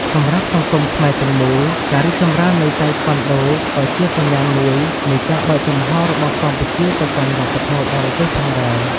សម្រាប់សង្គមខ្មែរទាំងមូល ការរីកចម្រើននៃតៃក្វាន់ដូក៏ជាសញ្ញាណមួយនៃការបើកចំហររបស់កម្ពុជាទៅកាន់វប្បធម៌បរទេសផងដែរ។